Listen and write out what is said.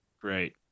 Great